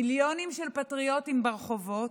מיליונים של פטריוטים ברחובות,